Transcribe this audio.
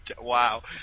Wow